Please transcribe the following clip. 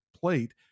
plate